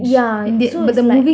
yeah so is like